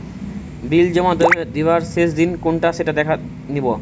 বিল জমা দিবার শেষ দিন কোনটা সেটা দেখে নিবা